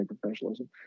professionalism